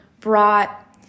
brought